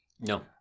No